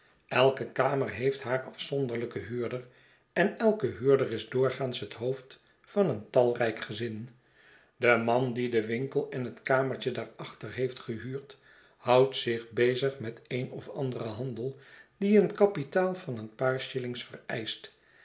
elke kamer heeft haar afzonderlijken huurder en elk huurder is doorgaans het hoofd van een talrijk gezin de man die den winkel en het kamertje daarachter heeft gehuurd houdt zich bezig met een of anderen handel die een kapitaal van een paar shillings vereischt